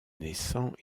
naissant